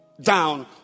down